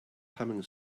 humming